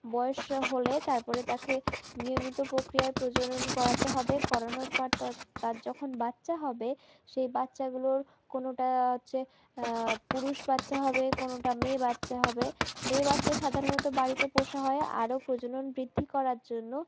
বয়স হলে তারপরে তাকে নিয়মিত প্রক্রিয়ায় প্রজনন করাতে হবে করানোর পর তার তার যখন বাচ্চা হবে সেই বাচ্চাগুলোর কোনওটা হচ্ছে পুরুষ বাচ্চা হবে কোনওটা মেয়ে বাচ্চা হবে মেয়ে বাচ্চা সাধারণত বাড়িতে পোষা হয় আরও প্রজনন বৃদ্ধি করার জন্য